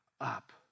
up